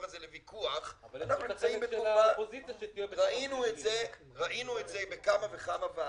את זה לוויכוח ראינו את זה במה וכמה ועדות,